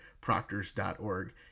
proctors.org